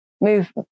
move